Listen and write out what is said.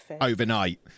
overnight